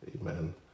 Amen